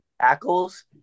tackles